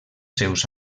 seus